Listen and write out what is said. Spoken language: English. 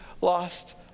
lost